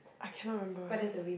I cannot remember eh